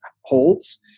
holds